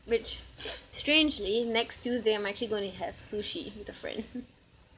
which strangely next tuesday I'm actually going to have sushi with a friend